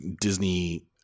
Disney